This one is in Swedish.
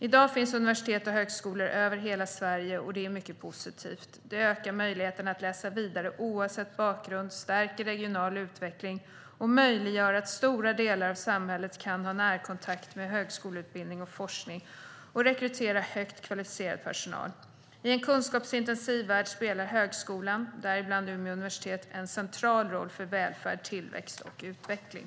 I dag finns universitet och högskolor över hela Sverige, och det är mycket positivt. Det ökar möjligheterna att läsa vidare oavsett bakgrund, stärker regional utveckling och möjliggör att stora delar av samhället kan ha närkontakt med högskoleutbildning och forskning och rekrytera högt kvalificerad personal. I en kunskapsintensiv värld spelar högskolan, däribland Umeå universitet, en central roll för välfärd, tillväxt och utveckling.